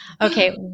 Okay